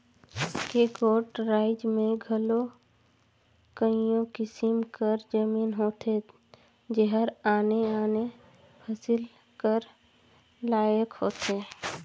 एके गोट राएज में घलो कइयो किसिम कर जमीन होथे जेहर आने आने फसिल कर लाइक होथे